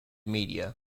media